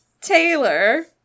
Taylor